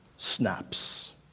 Snaps